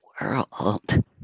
world